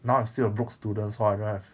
now I'm still a broke student so I don't have